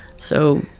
so,